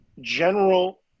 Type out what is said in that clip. General